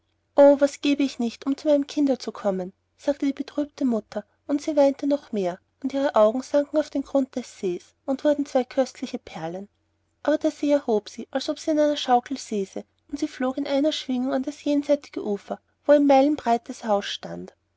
o was gebe ich nicht um zu meinem kinde zu kommen sagte die betrübte mutter und sie weinte noch mehr und ihre augen sanken auf den grund des sees und wurden zwei köstliche perlen aber der see erhob sie als ob sie in einer schaukel säße und sie flog in einer schwingung an das jenseitige ufer wo ein meilenbreites haus stand